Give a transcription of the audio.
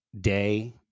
day